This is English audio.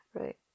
Right